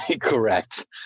Correct